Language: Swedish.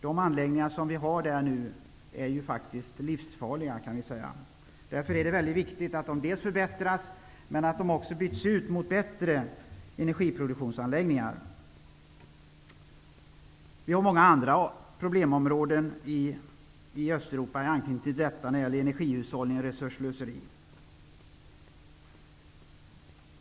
De anläggningar som finns där nu är livsfarliga. Därför är det viktigt att de förbättras eller ännu hellre byts ut mot bättre energiproduktionsanläggningar. Det finns många andra problemområden i Östeuropa när det gäller energihushållning och resursslöseri.